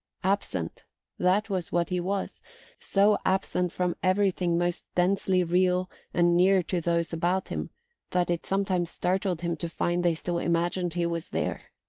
absent that was what he was so absent from everything most densely real and near to those about him that it sometimes startled him to find they still imagined he was there.